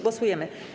Głosujemy.